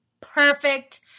perfect